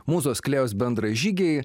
mūzos klėjos bendražygiai